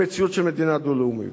למציאות של מדינה דו-לאומית,